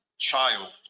child